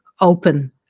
open